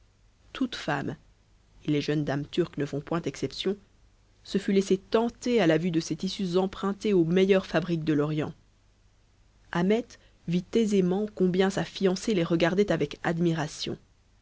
toute femme et les jeunes dames turques ne font point exception se fût laissé tenter à la vue de ces tissus empruntés aux meilleures fabriques de l'orient ahmet vit aisément combien sa fiancée les regardait avec admiration